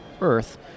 Earth